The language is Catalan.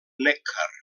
neckar